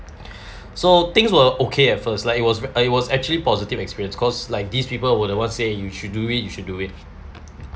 so things were okay at first like it was it was actually positive experience cause like these people what I want say you should do it you should do it